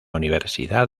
universidad